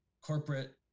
corporate